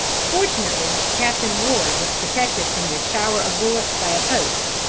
fortunately captain ward was protected from this shower of bullets by a post,